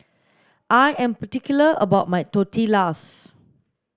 I am particular about my Tortillas